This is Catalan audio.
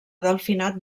delfinat